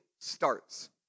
starts